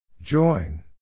Join